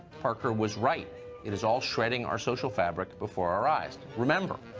parker was right it is all shredding our social fabric before our eyes. remember,